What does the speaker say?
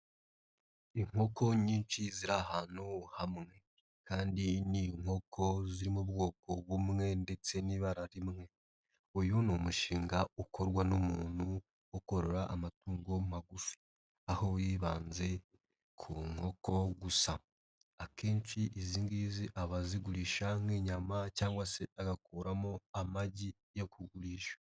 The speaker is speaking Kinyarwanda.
Inkoko nyinshi ziri ahantu hamwe kandi ni inkoko ziri mu bwoko bumwe ndetse n'ibara rimwe, uyu ni umushinga ukorwa n'umuntu wo korora amatungo magufi aho yibanze ku nkoko gusa, akenshi iz ngizi aba azigurisha nk'inyama cyangwa se agakuramo amagi yo kugurisha.